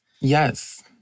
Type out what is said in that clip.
Yes